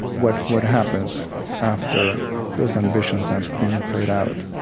what what happens after those ambitions have been played out